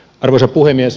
arvoisa puhemies